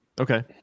Okay